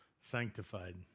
sanctified